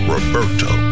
Roberto